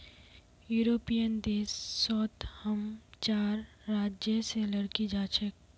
European देश सोत हम चार राज्य से लकड़ी जा छे